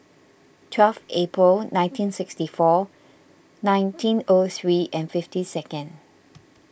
twelve April nineteen sixty four nineteen O three and fifty second